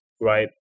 right